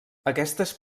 aquestes